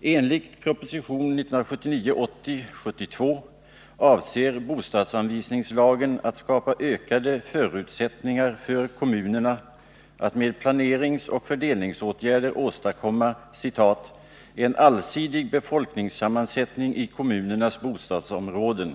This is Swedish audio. Enligt proposition 1979/80:72 avses med bostadsanvisningslagen att skapa 155 ökade förutsättningar för kommunerna att med planeringsoch fördelningsåtgärder åstadkomma ”en allsidig befolkningssammansättning i kommunernas bostadsområden”.